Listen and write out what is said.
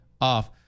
off